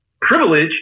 privilege